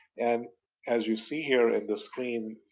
and as you see here in the screen,